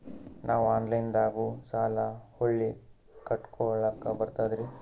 ನಾವು ಆನಲೈನದಾಗು ಸಾಲ ಹೊಳ್ಳಿ ಕಟ್ಕೋಲಕ್ಕ ಬರ್ತದ್ರಿ?